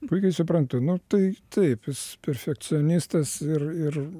puikiai suprantu na tai taip jis perfekcionistas ir ir